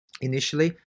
Initially